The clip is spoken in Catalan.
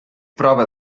prova